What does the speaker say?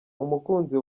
umukunzi